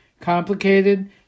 Complicated